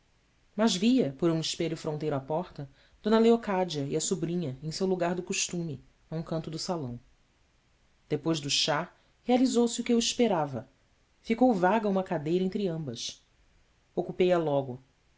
mas via por um espelho fronteiro à porta d leocádia e a sobrinha em seu lugar do costume a um canto do salão depois do chá realizou se o que eu esperava ficou vaga uma cadeira entre ambas ocupei a logo